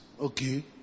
Okay